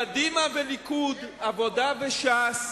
קדימה וליכוד, עבודה וש"ס,